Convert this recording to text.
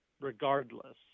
regardless